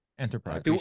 Enterprise